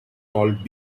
called